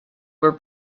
were